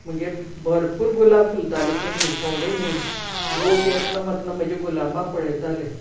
म्हगेर भरपूर गुलाब फुलताले पयलीं थोडे न्हय लोक येतना वतना म्हजे गुलाबांक पळयताले